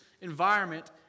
environment